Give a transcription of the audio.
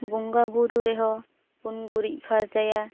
ᱵᱚᱸᱜᱟ ᱵᱳᱨᱳ ᱨᱮ ᱦᱚᱸ ᱵᱚᱱ ᱜᱩᱨᱤᱡᱽ ᱯᱷᱟᱨᱪᱟᱭᱟ